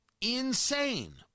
insane